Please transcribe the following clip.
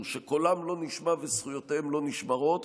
שקולם לא נשמע וזכויותיהם לא נשמרות,